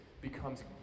becomes